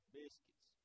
biscuits